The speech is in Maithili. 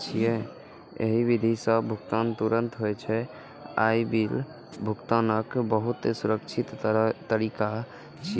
एहि विधि सं भुगतान तुरंत होइ छै आ ई बिल भुगतानक बहुत सुरक्षित तरीका छियै